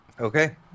Okay